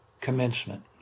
commencement